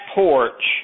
porch